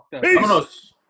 Peace